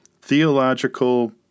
theological